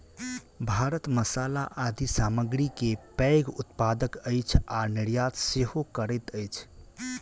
भारत मसाला आदि सामग्री के पैघ उत्पादक अछि आ निर्यात सेहो करैत अछि